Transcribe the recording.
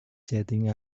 jetting